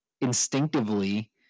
instinctively